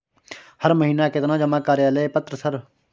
हर महीना केतना जमा कार्यालय पत्र सर?